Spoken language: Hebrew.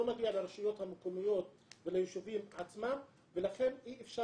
מגיע לרשויות המקומיות וליישובים עצמם ולכן אי-אפשר